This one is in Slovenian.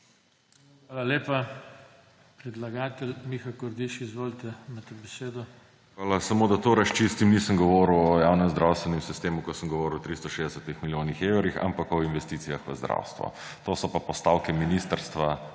Hvala lepa. Predlagatelj Miha Kordiš, izvolite, imate besedo. **MIHA KORDIŠ (PS Levica):** Hvala. Samo da to razčistim. Nisem govoril o javnem zdravstvenem sistemu, ko sem govoril o 360 milijonih evrov, ampak o investicijah v zdravstvo. To so pa postavke Ministrstva